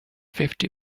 fifty